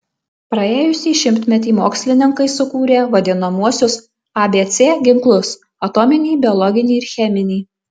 praėjusį šimtmetį mokslininkai sukūrė vadinamuosius abc ginklus atominį biologinį ir cheminį